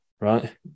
right